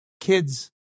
kids